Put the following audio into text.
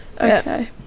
Okay